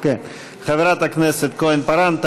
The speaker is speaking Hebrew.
חברת הכנסת כהן-פארן,